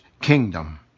kingdom